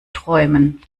träumen